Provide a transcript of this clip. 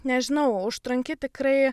nežinau užtrunki tikrai